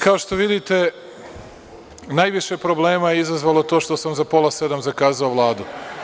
Kao što vidite, najviše problema je izabralo to što sam za 6,30 časova zakazao Vladu.